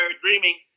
dreaming